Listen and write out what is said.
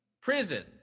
Prison